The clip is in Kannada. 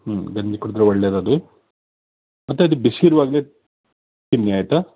ಹ್ಞೂ ಗಂಜಿ ಕುಡಿದರೆ ಒಳ್ಳೆಯದದು ಮತ್ತು ಅದು ಬಿಸಿ ಇರೋವಾಗಲೇ ತಿನ್ನಿ ಆಯಿತಾ